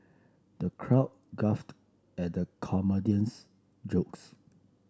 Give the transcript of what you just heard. the crowd guffawed at the comedian's jokes